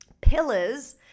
pillars